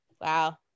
Wow